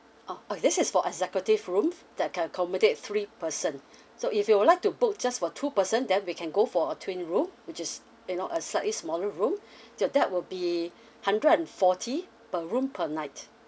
oh okay this is for executive rooms that can accommodate three person so if you'll like to book just for two person then we can go for a twin room which is you know a slightly smaller room that that will be hundred and forty per room per night